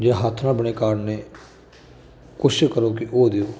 ਜੇ ਹੱਥ ਨਾਲ ਬਣੇ ਕਾਰਡ ਨੇ ਕੋਸ਼ਿਸ਼ ਕਰੋ ਕਿ ਉਹ ਦਿਓ